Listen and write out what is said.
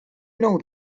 know